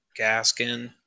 Gaskin